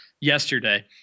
yesterday